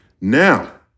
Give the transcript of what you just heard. Now